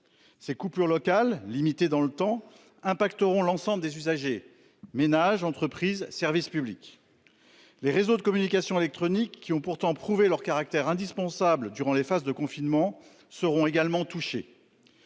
Ces coupures locales limitées dans le temps impacteront l'ensemble des usagers ménages entreprises Service Public. Les réseaux de communications électroniques qui ont pourtant prouvé leur caractère indispensable durant les phases de confinement seront également touchés.